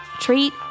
Treat